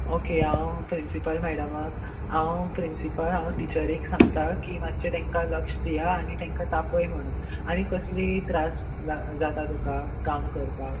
okay हांव principal मॅडमाक हांव प्रिंसिपल हांव टिचरीक सांगता की मातशें तांकां लक्ष दिया आनी तांकां तापय म्हणून आनी कसलीय त्रास जाता तुका काम करपाक